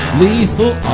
lethal